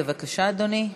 בבקשה, אדוני.